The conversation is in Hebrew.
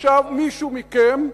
עכשיו מישהו מכם,